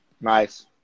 Nice